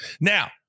Now